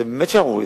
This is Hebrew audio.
זאת באמת שערורייה.